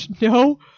no